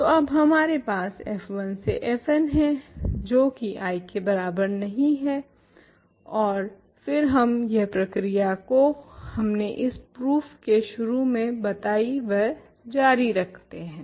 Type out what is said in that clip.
तो अब हमारे पास f1 से fn हैं जो की I के बराबर नहीं हैं और फिर हम यह प्रक्रिया जो हमने इस प्रूफ के शुरू में बताइ वह जारी रखते हैं